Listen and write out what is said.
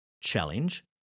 Challenge